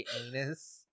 anus